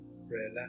relax